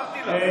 הרי אמרתי לה.